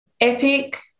epic